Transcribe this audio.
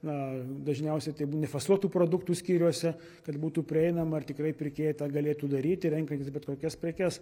na dažniausiai tai nefasuotų produktų skyriuose kad būtų prieinama ir tikrai pirkėjai tą galėtų daryti renkantis bet kokias prekes